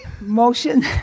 Motion